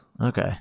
Okay